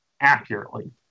accurately